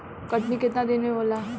कटनी केतना दिन में होला?